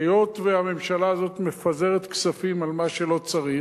היות שהממשלה הזאת מפזרת כספים על מה שלא צריך,